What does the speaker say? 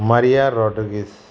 Maria Rodrigues